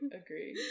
agree